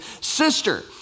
sister